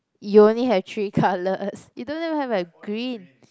you only have three colours you don't even have a green